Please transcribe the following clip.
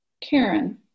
Karen